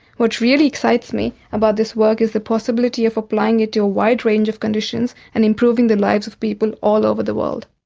what really excites me about this work is the possibility of applying it to a wide range of conditions and improving the lives of people all over the world.